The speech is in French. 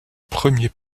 premier